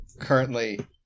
currently